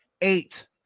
eight